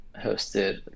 hosted